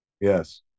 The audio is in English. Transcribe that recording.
Yes